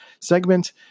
segment